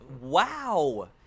Wow